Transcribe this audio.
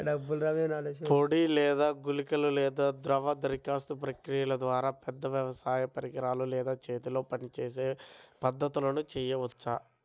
పొడి లేదా గుళికల లేదా ద్రవ దరఖాస్తు ప్రక్రియల ద్వారా, పెద్ద వ్యవసాయ పరికరాలు లేదా చేతితో పనిచేసే పద్ధతులను చేయవచ్చా?